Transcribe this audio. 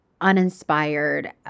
uninspired